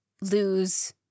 lose